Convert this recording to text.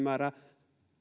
määrä